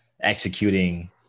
executing